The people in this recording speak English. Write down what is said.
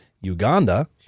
Uganda